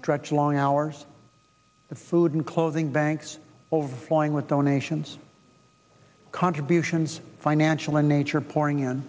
structure long hours of food and clothing banks overflowing with donations contributions financial in nature pouring in